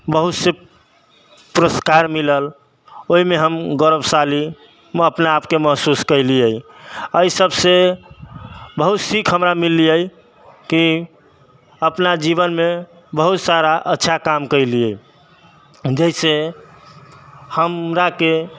बहुत से पुरस्कार मिलल ओहिमे गौरवशाली हम अपना आपके महसूस कयलियै अहि सबसँ बहुत सीख हमरा मिललै कि अपना जीवनमे बहुत सारा अच्छा काम कयलियै जैसे हमराके